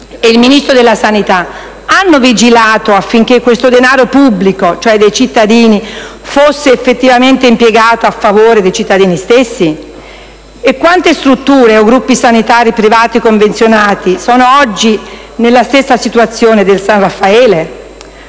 e il Ministro della sanità hanno vigilato affinché questo denaro pubblico, cioè dei cittadini, fosse effettivamente impiegato a favore dei cittadini stessi? E quante strutture o gruppi sanitari privati convenzionati sono oggi nella stessa situazione del San Raffaele?